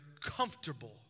comfortable